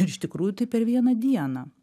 iš tikrųjų tai per vieną dieną